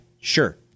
sure